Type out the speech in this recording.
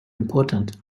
important